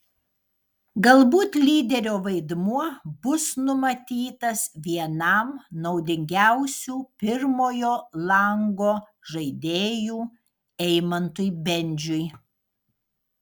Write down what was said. galbūt lyderio vaidmuo bus numatytas vienam naudingiausių pirmojo lango žaidėjų eimantui bendžiui